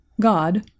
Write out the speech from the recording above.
God